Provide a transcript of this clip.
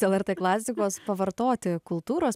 lrt klasikos pavartoti kultūros